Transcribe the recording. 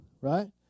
right